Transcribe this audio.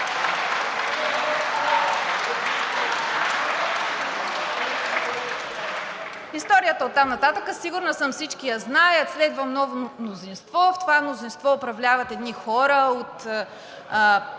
Историята оттам нататък, сигурна съм, всички я знаят. Следва ново мнозинство, в това мнозинство управляват едни хора от